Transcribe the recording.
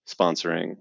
sponsoring